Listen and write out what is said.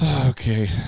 okay